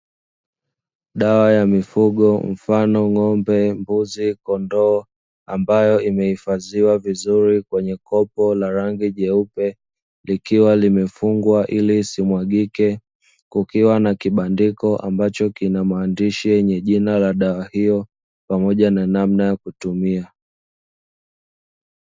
Dawa ya mifugo mfano ng’ombe, mbuzi ,kondoo ambayo imehifadhiwa vizuri kwenye kopo la rangi jeupe likiwa limefungwa ili isimwagike, kukiwa na kibandiko ambacho kina maandishi ya dawa hiyo pamoja na namna ya kutumia.